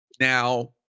Now